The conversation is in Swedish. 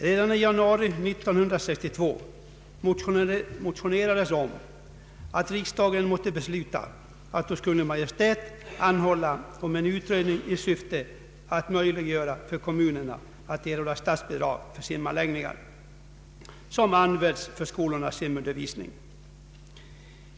Redan i januari 1962 framlades motioner om att riksdagen måtte besluta att hos Kungl. Maj:t begära en utredning med syfte att möjliggöra för kommunerna att erhålla statsbidrag för simanläggningar som används för skolornas simundervisning.